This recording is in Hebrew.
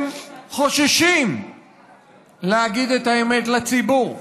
הם חוששים להגיד את האמת לציבור.